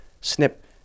snip